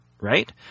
right